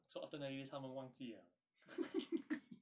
so after ninety days 他们忘记 liao